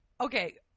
Okay